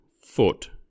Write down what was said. foot